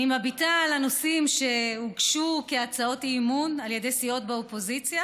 אני מביטה על הנושאים שהוגשו כהצעות אי-אמון על ידי סיעות באופוזיציה